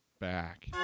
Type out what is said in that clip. back